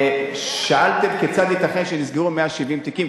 שאלתם כיצד ייתכן שנסגרו 170 תיקים.